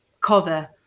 cover